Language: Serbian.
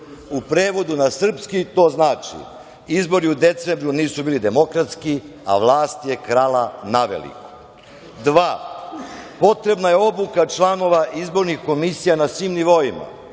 U prevodu na srpski to znači – izbori u decembru nisu bili demokratski, a vlast je krala naveliko. Pod dva – potrebno je obuka članova izbornih komisija na svim nivoima.